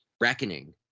reckoning